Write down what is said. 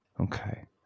Okay